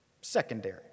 secondary